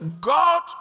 God